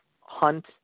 hunt